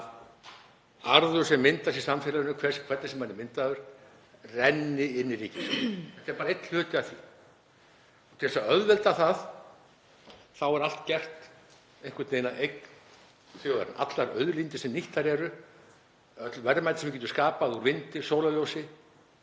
að arður sem myndast í samfélaginu, hvernig sem hann er myndaður, renni inn í ríkissjóð. Þetta er bara einn hluti af því. Til þess að auðvelda það þá er allt gert einhvern veginn að eign þjóðarinnar; allar auðlindir sem nýttar eru, öll verðmætin sem þú getur skapað úr vindi, sólarljósi.